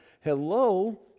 Hello